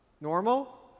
normal